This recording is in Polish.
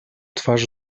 twarz